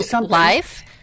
Life